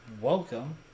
welcome